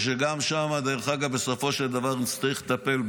שגם בה בסופו של דבר נצטרך לטפל,